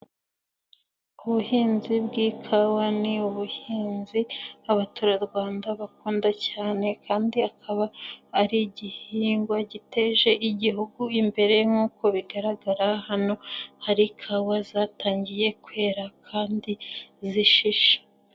Ubuhinzi bw'ikawa ni ubuhinzi abaturarwanda bakunda cyane kandi akaba ari igihingwa giteje igihugu imbere nk'uko bigaragara hano hari ikawa zatangiye kwera kandi zishishe.